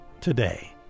today